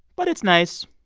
but it's nice.